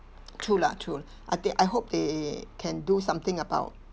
true lah true I they I hope they can do something about